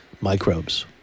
Microbes